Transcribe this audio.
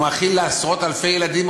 הוא מכין אוכל לעשרות-אלפי ילדים.